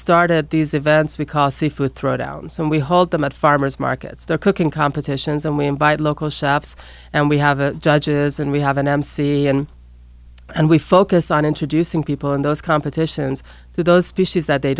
started these events because seafood throwdowns and we hold them at farmers markets they're cooking competitions and we invite local shops and we have a judges and we have an mc and and we focus on introducing people in those competitions to those species that they